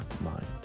mind